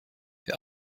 wir